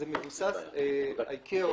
ה-ICAO